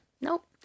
nope